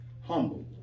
humble